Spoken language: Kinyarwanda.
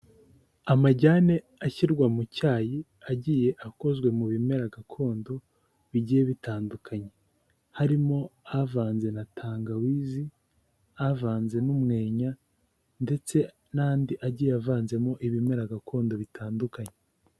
Amajyane ashyirwa mu cyayi agiye akozwe mu bimera gakondo bigiye bitandukanye, harimo avanze na tangawizi avanze n'umwenya ndetse n'andi agiye avanzemo ibimera gakondo bitandukanye.